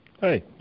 Hi